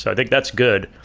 i think that's good.